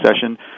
session